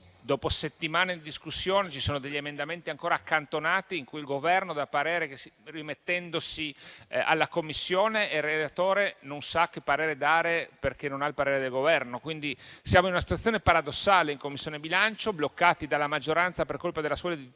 dopo settimane di discussione ci sono degli emendamenti ancora accantonati rispetto ai quali il Governo si rimette alla Commissione e il relatore non sa che parere esprimere perché non ha il parere del Governo. Siamo quindi in una situazione paradossale in Commissione bilancio: siamo bloccati dalla maggioranza per colpa della sua litigiosità,